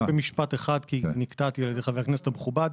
רק במשפט אחד כי נקטעתי על ידי חבר הכנסת המכובד.